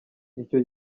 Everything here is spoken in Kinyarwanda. icyo